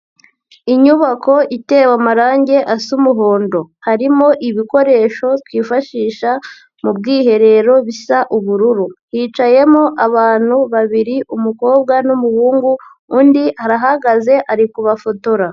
Inyubako itewe amarangi asa umuhondo harimo ibikoresho twifashisha mu bwiherero bisa ubururu, hicayemo abantu babiri umukobwa n'umuhungu undi arahagaze ari kubafotora.